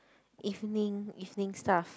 evening evening stuff